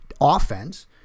offense